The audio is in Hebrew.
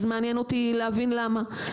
אז מעניין אותי להבין למה.